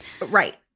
Right